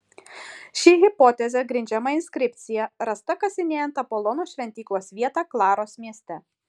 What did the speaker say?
ši hipotezė grindžiama inskripcija rasta kasinėjant apolono šventyklos vietą klaros mieste